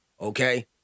Okay